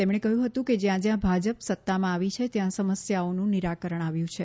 તેમણે કહ્યું હતું કે જ્યાં જ્યાં ભાજપ સત્તામાં આવી છે ત્યાં સમસ્યાઓનું નિરાકરણ આવ્યું છે